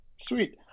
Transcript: sweet